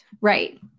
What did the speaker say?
Right